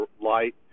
light